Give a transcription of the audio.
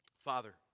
Father